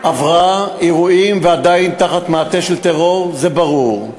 עברה אירועים ועדיין תחת מעטה של טרור, זה ברור.